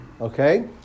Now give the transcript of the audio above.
Okay